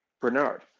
Bernard